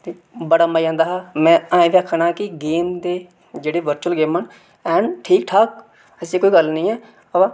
ते बड़ा मजा आंदा हा मैं अजें बी आक्खा ना कि गेम दे जेह्ड़े वर्चुअल गेमां न ऐन ठीक ठाक ऐसी कोई गल्ल नेईं ऐ अवा